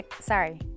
Sorry